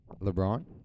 LeBron